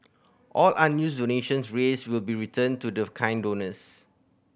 all unused donations raised will be returned to the kind donors